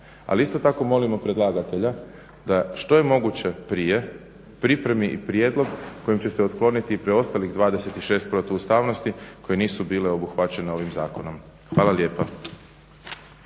ali isto tako molimo predlagatelja da što je moguće prije pripremi prijedlog kojim će se otkloniti i preostalih 26 protuustavnosti koje nisu bile obuhvaćene ovim zakonom. Hvala lijepa.